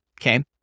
Okay